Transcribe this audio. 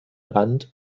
rand